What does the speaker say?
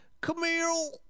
Camille